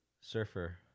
Surfer